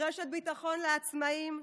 רשת ביטחון לעצמאים,